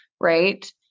right